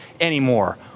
anymore